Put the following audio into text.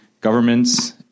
governments